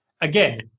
again